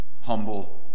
Humble